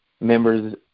members